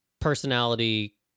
personality